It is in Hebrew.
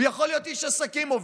הוא יכול להיות איש עסקים מוביל,